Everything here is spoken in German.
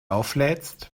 auflädst